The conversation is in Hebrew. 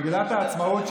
במגילת העצמאות,